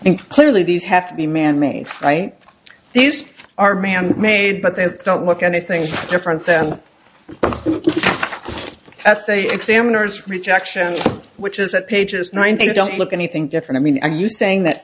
think clearly these have to be man made right these are man made but they don't look anything different than it looked at they examiner's rejection which is at pages nine they don't look anything different i mean are you saying that